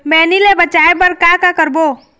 मैनी ले बचाए बर का का करबो?